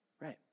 Right